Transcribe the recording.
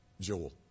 Joel